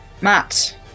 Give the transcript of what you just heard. Matt